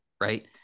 right